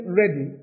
ready